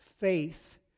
faith